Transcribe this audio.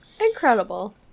incredible